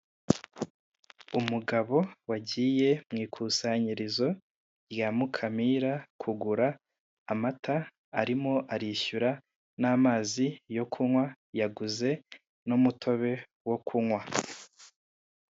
Umugabo wagiye mu ikusnyorizo rya Mukanira ariko kugura amata, arimo arishyura n'amazi yo kunywa, yaguze n'umutobe wo kunywa.